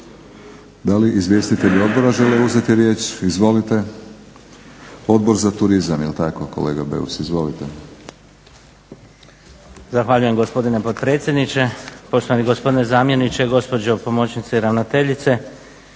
Da li izvjestitelji odbora žele uzeti riječ? Izvolite. Odbor za turizam jel tako kolega Beus? Izvolite. **Beus Richembergh, Goran (HNS)** Zahvaljujem gospodine potpredsjedniče, poštovani gospodine zamjeniče, gospođo pomoćnice i ravnateljice.